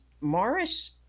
Morris